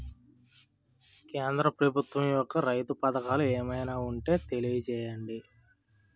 కేంద్ర ప్రభుత్వం యెక్క రైతు పథకాలు ఏమైనా ఉంటే తెలియజేయండి?